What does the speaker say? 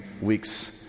weeks